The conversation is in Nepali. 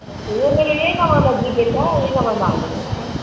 यो मेरो यही नम्बरमा जिपे छ यही नम्बरमा हालिदिनुहोस् नि